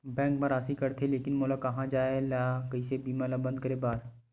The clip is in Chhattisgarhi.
बैंक मा राशि कटथे लेकिन मोला कहां जाय ला कइसे बीमा ला बंद करे बार?